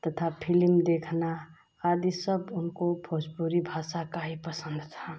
तथा फिलिम देखना आदि सब उनको भोजपुरी भाषा का ही पसंद था